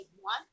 one